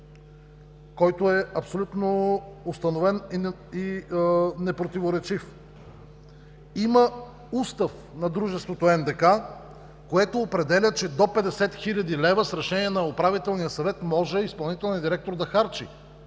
който е абсолютно установен и непротиворечив. Има устав на дружеството НДК, който определя, че с решение на Управителния съвет изпълнителният директор може да харчи